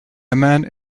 man